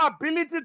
ability